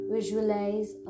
Visualize